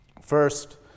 First